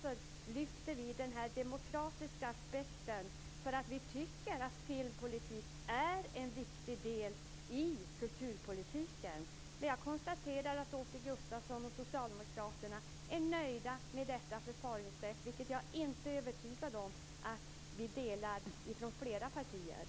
Vi lyfter den demokratiska aspekten därför att vi tycker att filmpolitik är en viktig del i kulturpolitiken. Jag konstaterar att Åke Gustavsson och socialdemokraterna är nöjda med detta förfaringssätt, men jag är inte övertygad om att det är flera partier som delar den uppfattningen.